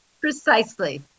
Precisely